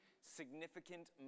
significant